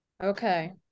Okay